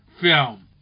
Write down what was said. film